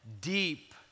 deep